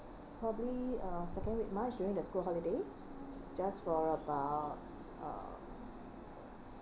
probably uh second week march during the school holiday just for about uh